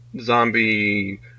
zombie